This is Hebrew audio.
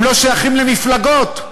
הם לא שייכים למפלגות,